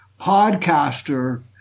podcaster